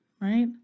right